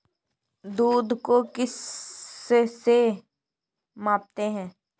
दूध को किस से मापते हैं?